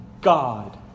God